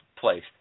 place